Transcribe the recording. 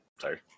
sorry